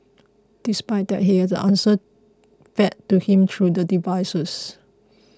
despite that he had the answers fed to him through the devices